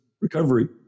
recovery